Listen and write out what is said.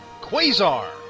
Quasar